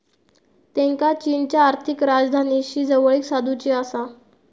त्येंका चीनच्या आर्थिक राजधानीशी जवळीक साधुची आसा